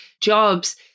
jobs